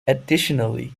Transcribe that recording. additionally